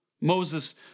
Moses